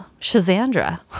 Shazandra